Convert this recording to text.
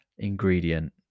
ingredient